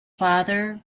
father